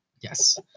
Yes